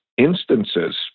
instances